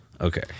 Okay